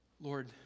Lord